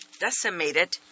decimated